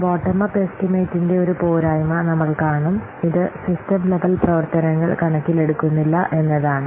bottom up എസ്റ്റിമേറ്റിന്റെ ഒരു പോരായ്മ നമ്മൾ കാണും ഇത് സിസ്റ്റം ലെവൽ പ്രവർത്തനങ്ങൾ കണക്കിലെടുക്കുന്നില്ല എന്നതാണ്